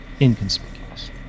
inconspicuous